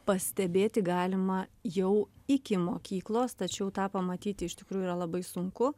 pastebėti galima jau iki mokyklos tačiau tą pamatyti iš tikrųjų yra labai sunku